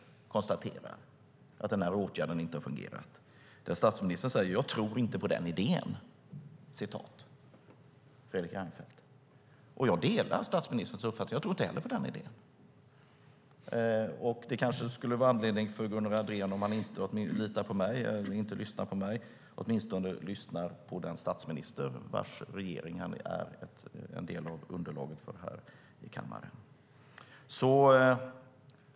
Han konstaterar att den här åtgärden inte har fungerat. Statsminister Fredrik Reinfeldt säger: Jag tror inte på den idén. Jag delar statsministerns uppfattning. Jag tror inte heller på den idén. Det kanske finns anledning för Gunnar Andrén, om han inte litar på mig och inte lyssnar på mig, att åtminstone lyssna på den statsminister vars regering han är en del av underlaget för här i kammaren.